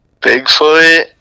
Bigfoot